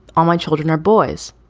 all my children are boys.